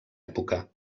època